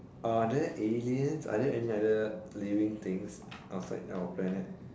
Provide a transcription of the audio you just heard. are there aliens are there any other living things outside our planet